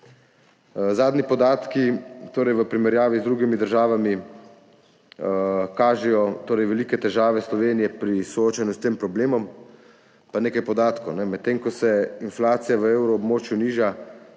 Zadnji podatki, torej v primerjavi z drugimi državami, kažejo velike težave Slovenije pri soočanju s tem problemom. Pa nekaj podatkov. Medtem ko se inflacija v evroobmočju niža,